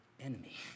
enemy